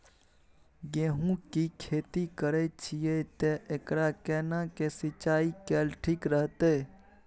गेहूं की खेती करे छिये ते एकरा केना के सिंचाई कैल ठीक रहते?